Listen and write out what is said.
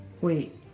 wait